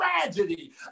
tragedy